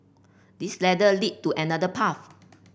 this ladder lead to another path